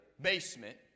basement